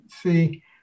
see